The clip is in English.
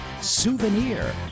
Souvenir